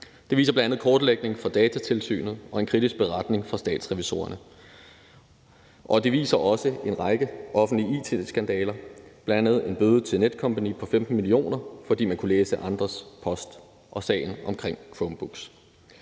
Det viser bl.a. kortlægningen fra Datatilsynet og en kritisk beretning fra Statsrevisorerne, og det viser også en række offentlige it-skandaler. Bl.a. var der en bøde til Netcompany på 15 mio. kr., fordi man kunne læse andres post, og så var der sagen omkring Chromebooks.